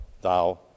thou